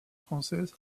française